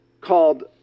called